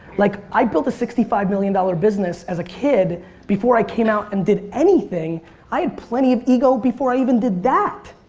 like i built a sixty five million dollars business as a kid before i came out and did anything i plenty of ego before i even did that.